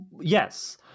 Yes